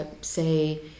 say